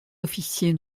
officiers